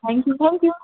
thank you thank you